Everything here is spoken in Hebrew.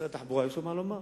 משרד התחבורה יש לו מה לומר?